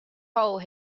hole